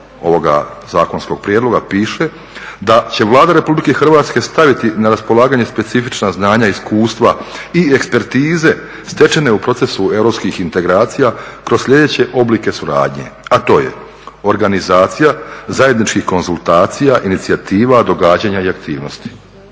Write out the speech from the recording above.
ovoga zakonskog prijedloga piše da će Vlada RH staviti na raspolaganje specifična znanja i iskustva i ekspertize stečene u procesu europskih integracija kroz sljedeće oblike suradnje, a to je: organizacija zajedničkih konzultacija, inicijativa, događanja i aktivnosti.